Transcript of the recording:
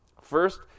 first